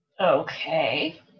Okay